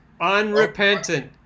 Unrepentant